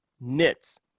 knits